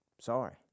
sorry